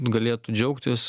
galėtų džiaugtis